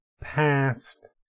past